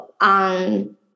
on